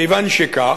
כיוון שכך,